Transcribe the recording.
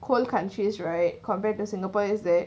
cold countries right compared to singapore is that